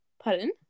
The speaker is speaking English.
pardon